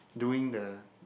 doing the